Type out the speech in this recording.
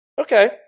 Okay